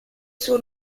suo